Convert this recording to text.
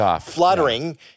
Fluttering